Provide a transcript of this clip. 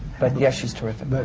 but yeah, she's terrific. but